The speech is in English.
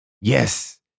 Yes